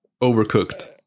Overcooked